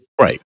right